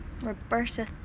Roberta